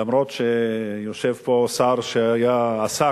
למרות שיושב פה שר שעסק,